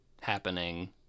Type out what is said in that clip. happening